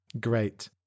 Great